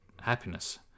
happiness